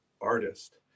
artist